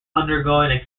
undergoing